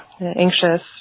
anxious